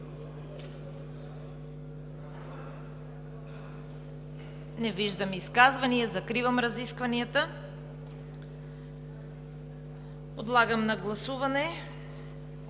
Не виждам изказвания. Закривам разискванията. Подлагам на гласуване